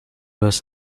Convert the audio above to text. was